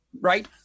Right